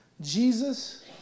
Jesus